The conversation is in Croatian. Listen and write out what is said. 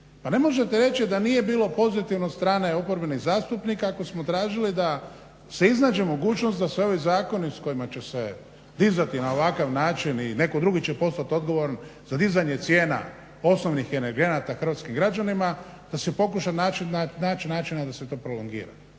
Pa ne možete reći da nije bilo pozitivno od strane oporbenih zastupnika ako smo tražili da se iznađe mogućnost da se ovi zakoni s kojima će se dizati na ovakav način i neko drugi će postat odgovoran za dizanje cijena osnovnih energenata Hrvatskim građanima, da se pokuša naći načina da se to prolongira.